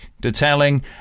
Detailing